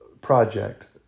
project